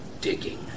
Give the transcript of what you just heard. digging